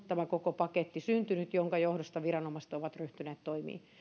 tämä koko on paketti syntynyt ja sen johdosta viranomaiset ovat ryhtyneet toimiin mutta